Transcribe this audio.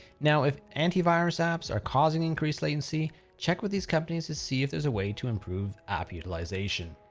now, if antivirus apps are causing increased latency check with these companies to see if there's a way to improve app utilization.